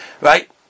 right